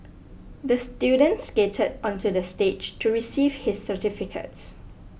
the student skated onto the stage to receive his certificate